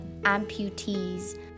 amputees